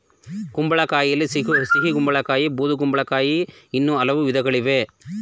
ಕುಂಬಳಕಾಯಿಯಲ್ಲಿ ಸಿಹಿಗುಂಬಳ ಕಾಯಿ ಬೂದುಗುಂಬಳಕಾಯಿ ಅನ್ನೂ ಹಲವು ವಿಧಗಳಿವೆ